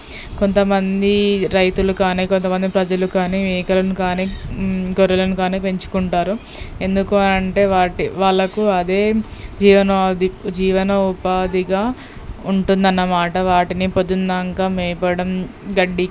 కొంతమంది రైతులు కానీ కొంతమంది ప్రజలు కానీ మేకలను కానీ గొర్రెలను కానీ పెంచుకుంటారు ఎందుకు అంటే వాటి వాళ్ళకు అదే జీవనోది జీవన ఉపాధిగా ఉంటుందన్నమాట వాటిని పొద్దున్న ఇంకా మేపడం గడ్డికి